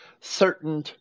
certain